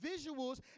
visuals